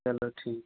चलो ठीक है